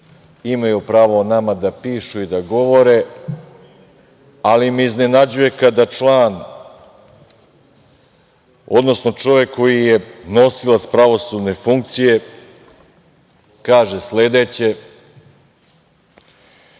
imaju pravo o nama da pišu i da govore, ali me iznenađuje kada član, odnosno čovek koji je nosilac pravosudne funkcije kaže sledeće